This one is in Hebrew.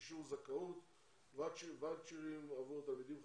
אישור זכאות, ואוצ'רים עבור תלמידים חדשים.